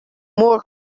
more